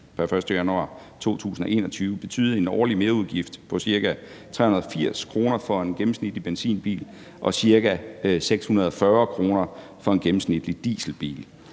pr. 1. januar 2021 betyde en årlig merudgift på ca. 380 kr. for en gennemsnitlig benzinbil og ca. 640 kr. for en gennemsnitlig dieselbil.